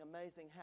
amazing